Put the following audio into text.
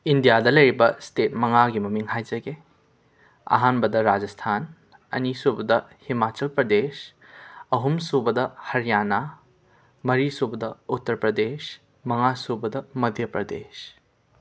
ꯏꯟꯗ꯭ꯌꯥꯗ ꯂꯩꯔꯤꯕ ꯁ꯭ꯇꯦꯠ ꯃꯉꯥꯒꯤ ꯃꯃꯤꯡ ꯍꯥꯏꯖꯒꯦ ꯑꯍꯥꯟꯕꯗ ꯔꯥꯖꯁꯊꯥꯟ ꯑꯅꯤꯁꯨꯕꯗ ꯍꯤꯃꯥꯆꯜ ꯄꯔꯗꯦꯁ ꯑꯍꯨꯝꯁꯕꯗ ꯍꯔꯤꯌꯥꯅꯥ ꯃꯔꯤꯁꯨꯕꯗ ꯎꯇꯔ ꯄ꯭ꯔꯗꯦꯁ ꯃꯉꯥꯁꯨꯕꯗ ꯃꯙ꯭ꯌ ꯄ꯭ꯔꯗꯦꯁ